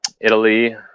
Italy